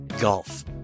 golf